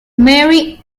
mary